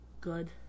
Good